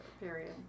period